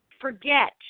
forget